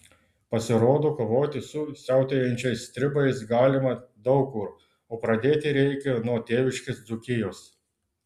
pasirodo kovoti su siautėjančiais stribais galima daug kur o pradėti reikia nuo tėviškės dzūkijos